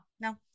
no